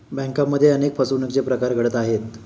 बँकांमध्येही अनेक फसवणुकीचे प्रकार घडत आहेत